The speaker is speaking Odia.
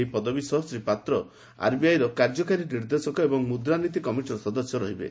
ଏହି ପଦବୀ ସହ ଶ୍ରୀ ପାତ୍ର ଆରବିଆଇର କାର୍ଯ୍ୟକାରୀ ନିର୍ଦ୍ଦେଶକ ଏବଂ ମୁଦ୍ରାନୀତି କମିଟିର ସଦସ୍ୟ ରହିବେ